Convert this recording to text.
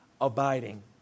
abiding